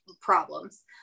problems